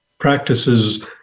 Practices